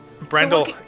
Brendel